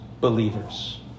believers